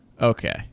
okay